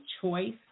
choice